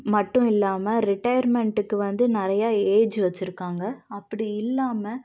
மட்டும் இல்லாமல் ரிட்டையர்மெண்ட்டுக்கு வந்து நிறையா ஏஜ் வச்சுருக்காங்க அப்படி இல்லாமல்